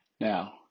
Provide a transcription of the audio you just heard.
Now